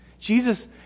jesus